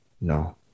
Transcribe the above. no